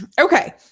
Okay